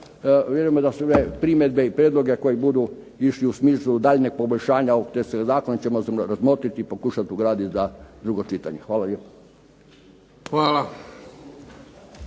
vjerujemo da ćemo primjedbe i prijedloge koji budu išli u smislu daljnjeg poboljšanja ovog teksta zakona ćemo razmotriti i pokušat ugradit za drugo čitanje. Hvala